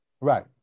Right